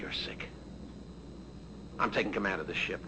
your sick i'm taking them out of the ship